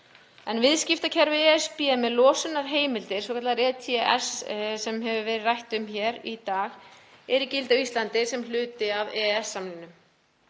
Viðskiptakerfi ESB með losunarheimildir, svokallaðar ETS-heimildir, sem hefur verið rætt um hér í dag, er í gildi á Íslandi sem hluti af EES-samningnum.